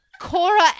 Cora